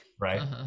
Right